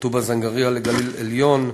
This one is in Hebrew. טובא-זנגרייה וגליל-עליון,